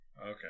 Okay